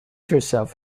herself